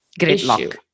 Gridlock